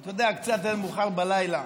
אתה יודע, קצת מאוחר בלילה.